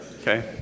Okay